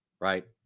Right